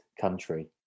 country